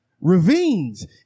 ravines